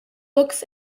books